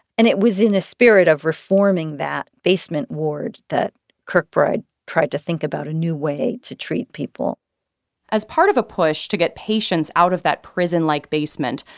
and it was in the ah spirit of reforming that basement ward that kirkbride tried to think about a new way to treat people as part of a push to get patients out of that prison-like basement,